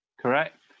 Correct